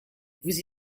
vous